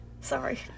Sorry